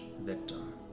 victim